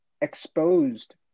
exposed